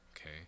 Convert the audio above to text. okay